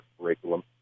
Curriculum